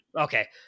Okay